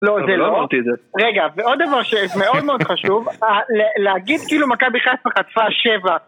לא, זה לא. רגע, ועוד דבר שמאוד מאוד חשוב, להגיד כאילו מכבי חיפה חטפה 7